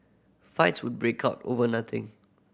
fights would break out over nothing